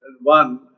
one